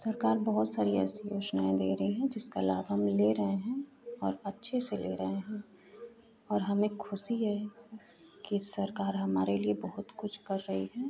सरकार बहुत सारी ऐसी योजनाएँ दे रही हैं जिनका लाभ हम ले रहे हैं और अच्छे से ले रहे हैं और हमें ख़ुशी है कि सरकार हमारे लिए बहुत कुछ कर रही है